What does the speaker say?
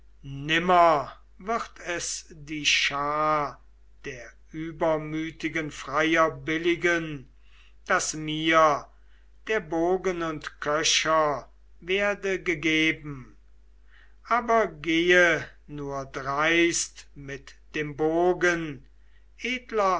nimmer wird es die schar der übermütigen freier billigen daß mir der bogen und köcher werde gegeben aber gehe nur dreist mit dem bogen edler